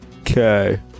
Okay